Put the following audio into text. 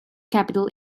capitol